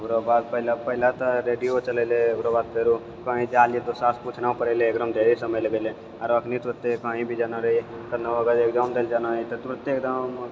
ओकरा बाद पहले पहले तऽ रेडियो चलै रहै तेकर बाद फेरो कहीं जा हलियै तऽ दोसरासँ पूछना पड़ै रहै एकरामे ढ़ेरी समय लागै रहैै आओर अखनी तुरते कही भी जाना रहै केनहो गाम घर जाना रहै तुरते एकदम